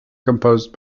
composed